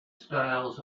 styles